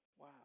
Wow